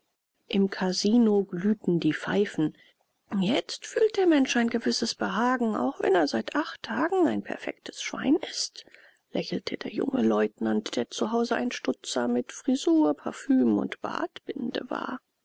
im kasino glühten die pfeifen jetzt fühlt der mensch ein gewisses behagen auch wenn er seit acht tagen ein perfektes schwein ist lächelte der junge leutnant der zu hause ein stutzer mit frisur parfüm und bartbinde war